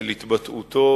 של התבטאותו